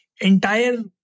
entire